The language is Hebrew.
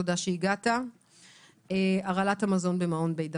תודה שהגעת - הרעלת המזון במעון "בית דפנה".